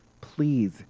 please